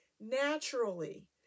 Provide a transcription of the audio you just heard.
Naturally